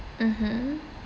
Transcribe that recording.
mmhmm